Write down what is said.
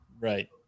right